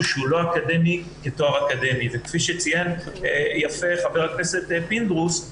שהוא לא אקדמי כתואר אקדמי וכפי שציין יפה ח"כ פינדרוס,